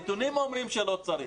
הנתונים אומרים שלא צריך.